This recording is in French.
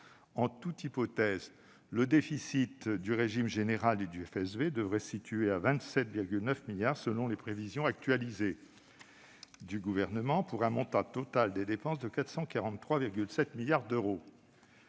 En toute hypothèse, le déficit du régime général et du FSV devrait se situer à 27,9 milliards d'euros selon les prévisions actualisées du Gouvernement, pour un montant total de dépenses de 443,7 milliards d'euros.